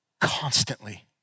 constantly